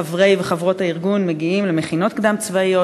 חברות וחברי הארגון מגיעים למכינות קדם-צבאיות,